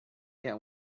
get